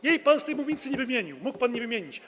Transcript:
Jej pan z tej mównicy nie wymienił, mógł pan nie wymienić.